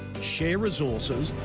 share resources,